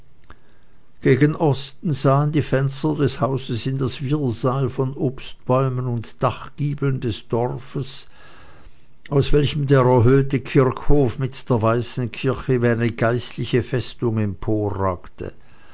gegen osten sahen die fenster des hauses in das wirrsal von obstbäumen und dachgiebeln des dorfes aus welchem der erhöhte kirchhof mit der weißen kirche wie eine geistliche festung